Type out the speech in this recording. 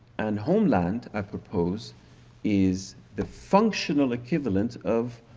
and homeland, i propose is the functional equivalent of